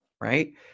right